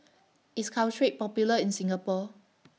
IS Caltrate Popular in Singapore